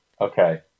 Okay